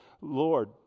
Lord